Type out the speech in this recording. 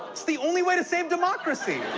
it's the only way to save democracy.